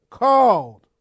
called